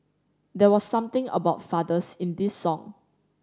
there was something about fathers in this song